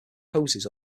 hoses